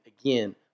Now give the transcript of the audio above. again